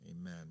Amen